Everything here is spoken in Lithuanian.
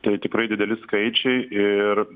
tai tikrai dideli skaičiai ir